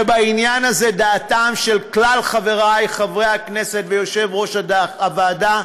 ובעניין הזה נחה דעתם של כלל חברי חברי הכנסת ויושב-ראש הוועדה,